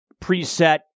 preset